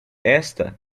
esta